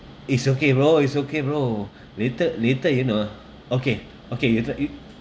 it's okay bro it's okay bro later later you know ah okay okay we let you